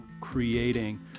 creating